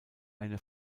eine